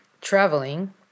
traveling